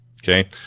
Okay